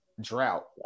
drought